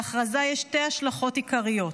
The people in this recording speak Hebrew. להכרזה יש שתי השלכות עיקריות: